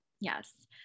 Yes